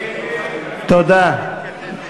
של קבוצת סיעת העבודה לסעיף 20,